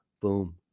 boom